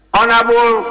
Honourable